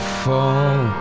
fall